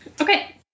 Okay